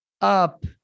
up